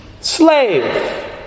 slave